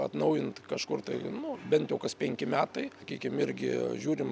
atnaujinti kažkur tai nu bent jau kas penki metai sakykim irgi žiūrim